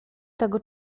tego